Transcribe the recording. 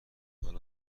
حالا